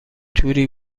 توری